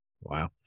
wow